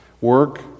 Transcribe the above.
Work